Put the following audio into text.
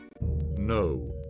No